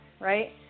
right